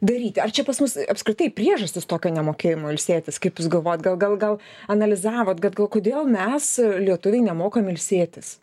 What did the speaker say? daryti ar čia pas mus apskritai priežastys tokio nemokėjimo ilsėtis kaip galvojat gal gal gal analizavote gat kodėl mes lietuviai nemokam ilsėtis